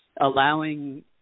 allowing